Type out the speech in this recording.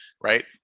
Right